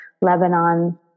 Lebanon